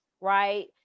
right